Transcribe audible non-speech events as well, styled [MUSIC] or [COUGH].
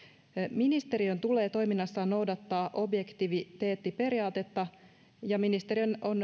ministeriön tulee toiminnassaan noudattaa objektiviteettiperiaatetta ja ministeriön on [UNINTELLIGIBLE]